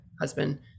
husband